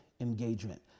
engagement